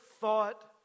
thought